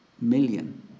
million